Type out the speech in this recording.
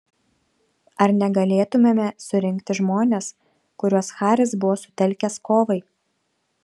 ar negalėtumėme surinkti žmones kuriuos haris buvo sutelkęs kovai